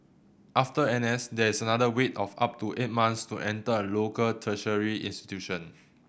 after N S there is another wait of up to eight months to enter a local tertiary institution